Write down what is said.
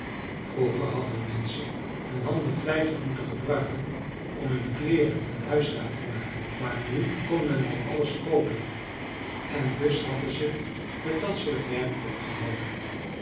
vroeger hadden de menschen hun handen vlijtig moeten gebruiken om hun kleeren en huisraad te maken maar nu kon men dat alles koopen en dus hadden ze met dat soort werk opgehouden